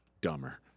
Dumber